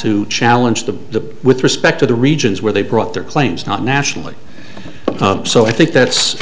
to challenge the with respect to the regions where they brought their claims not nationally so i think that's